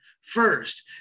First